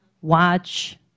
watch